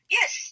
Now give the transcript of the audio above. Yes